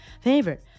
favorite